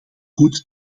goed